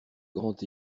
grand